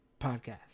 podcast